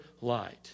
light